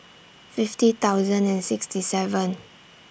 fifty thousand and sixty seven